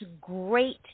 great